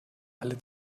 alle